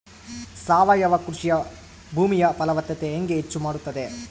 ಸಾವಯವ ಕೃಷಿ ಭೂಮಿಯ ಫಲವತ್ತತೆ ಹೆಂಗೆ ಹೆಚ್ಚು ಮಾಡುತ್ತದೆ?